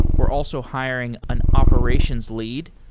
we're also hiring an operations lead.